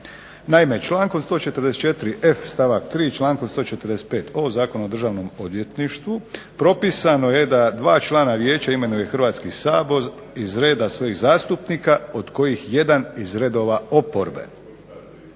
Naime, člankom 144.f stavak 3. članku 145. o Zakonu o Državnom odvjetništvu propisano je da dva člana vijeća imenuje Hrvatski sabor iz reda svojih zastupnika od kojih jedan iz redova oporbe.